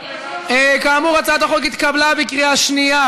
כאמור, הצעת החוק התקבלה בקריאה שנייה.